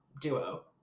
duo